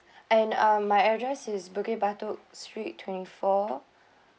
and uh my address is bukit batok street twenty four